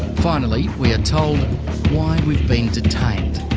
finally, we are told why we've been detained.